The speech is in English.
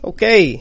Okay